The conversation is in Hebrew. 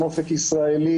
עם אופק ישראלי,